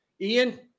Ian